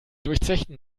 durchzechten